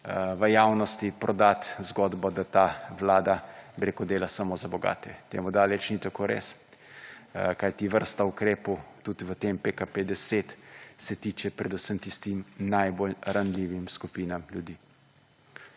v javnosti prodati zgodbo, da ta vlada, bi rekel, dela samo za bogate. Temu daleč ni tako res, kajti vrsta ukrepov tudi v tem PKP 10 se tiče predvsem tistim najbolj ranljivim skupinam ljudi.